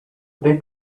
they